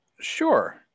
Sure